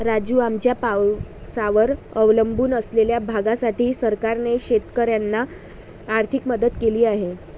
राजू, आमच्या पावसावर अवलंबून असलेल्या भागासाठी सरकारने शेतकऱ्यांना आर्थिक मदत केली आहे